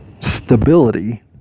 stability